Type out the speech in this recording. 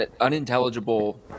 unintelligible